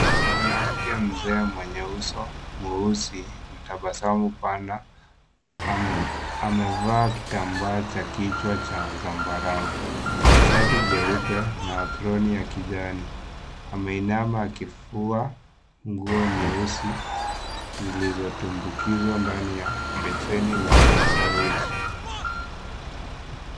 Mwanamke mzee mwenye uso mweusi na tabasamu pana amevaa kitambaa cha kichwa cha zambarau, shati jeupe na aproni ya kijani. Ameinama akifua nguo nyeusi zilizotumbukizwa ndani ya beseni la saroji.